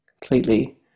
completely